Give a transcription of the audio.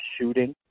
shooting